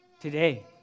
today